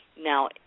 Now